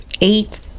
eight